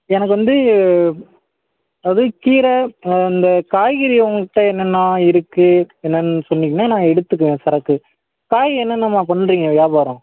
எனக்கு வந்து அது கீரை இந்த காய்கறி உங்கள் கிட்டே என்னென்னா இருக்குது என்னென்னு சொன்னீங்கன்னால் நான் எடுத்துக்குவேன் சரக்கு காய் என்னென்னம்மா பண்ணுறீங்க வியாபாரம்